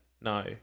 No